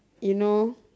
you know